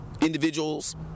individuals